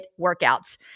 workouts